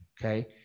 okay